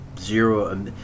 zero